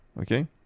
Okay